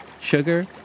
sugar